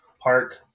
park